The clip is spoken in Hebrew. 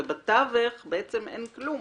ובתווך בעצם אין כלום,